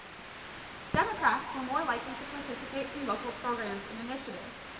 democrats were more likely to participate in local programs and initiatives.